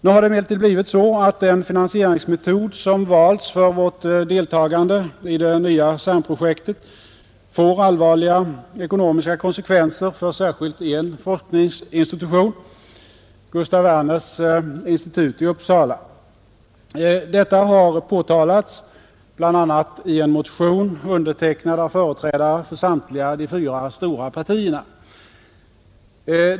Nu har det emellertid blivit så att den finansieringsmetod som valts för vårt deltagande i det nya CERN-projektet får allvarliga ekonomiska konsekvenser för särskilt en forskningsinstitution, Gustaf Werners institut i Uppsala. Detta har påtalats bl.a. i en motion, undertecknad av företrädare för samtliga de fyra stora partierna.